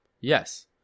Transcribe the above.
yes